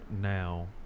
now